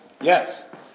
Yes